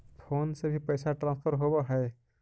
Phone से भी पैसा ट्रांसफर होवहै?